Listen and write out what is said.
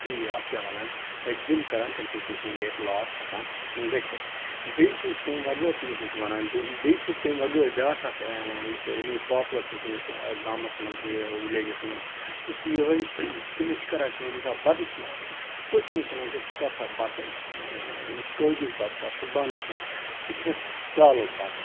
یہِ اَتھ کیاہ وَنان تتہِ جِم کَران تمہِ سۭتۍ چھِ تٔمۍ سُنٛد ویٹ لاس ہٮ۪کان گٔژھِتھ بیٚیہِ چھِ أسۍ تمہِ وغٲر تٔمِس أسۍ وَنان بیٚیہِ بیٚیہِ چھِ أۍ تمہِ وغٲر بیٛاکھ اَکھ یُس یم پاپلَر چھِ سٲنِس گامَس مَنٛز یہِ وِلیجَس منٛز سُہ چھِ یِہے کہِ أسۍ چھِ کَران کٲم ییٚمہِ ساتہٕ بَتہٕ کھیٚوان چھِ أسۍ چھِ أمِس وَنان کہِ ژٕ کَر سا بَتہٕ یہِ کٲجُک بَتہٕ کَر ژٕ بَنٛد کھیوٚن ژٕ کھےٚ کالُک بَتہٕ